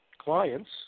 Clients